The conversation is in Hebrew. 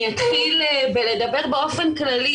אני אתחיל בלדבר באופן כללי,